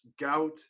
gout